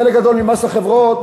חלק גדול ממס החברות